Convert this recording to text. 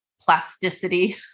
plasticity